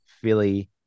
Philly